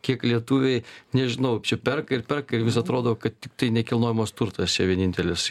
kiek lietuviai nežinau čia perka ir perka ir vis atrodo kad tiktai nekilnojamas turtas čia vienintelis